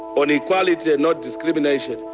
on equality and not discrimination,